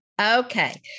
Okay